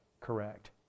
correct